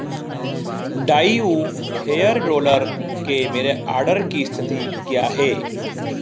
डाईऊ hair roller के मेरे order की स्थिति क्या है